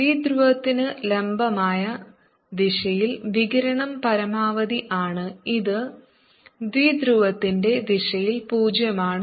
ദ്വിധ്രുവത്തിന് ലംബമായി ദിശയിൽ വികിരണം പരമാവധി ആണ് ഇത് ദ്വിധ്രുവത്തിന്റെ ദിശയിൽ പൂജ്യമാണ്